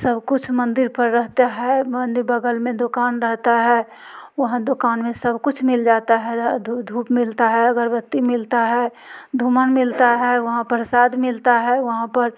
सब कुछ मंदिर पर रहता है मंदिर बग़ल में दुकान रहता है वहाँ दुकान में सब कुछ मिल जाता है धूप मिलता है अगरबत्ती मिलता है धुमन मिलता है वहाँ प्रसाद मिलता है वहाँ पर